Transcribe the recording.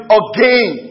again